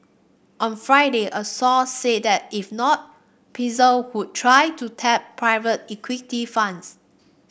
on Friday a source said that if not Pfizer could try to tap private equity funds